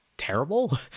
terrible